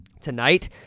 Tonight